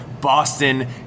Boston